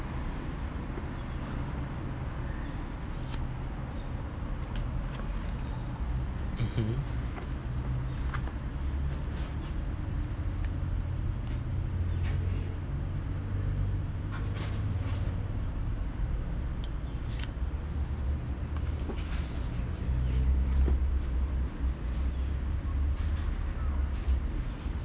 um hmm